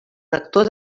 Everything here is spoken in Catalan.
rector